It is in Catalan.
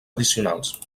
addicionals